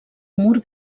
mur